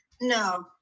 No